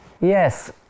Yes